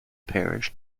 parish